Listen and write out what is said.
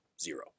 zero